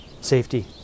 safety